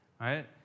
right